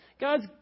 God's